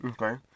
Okay